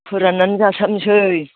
फोराननानै जाथारनोसै